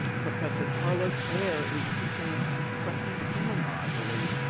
professor carlos eire is teaching a freshman seminar, i believe.